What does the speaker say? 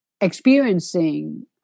experiencing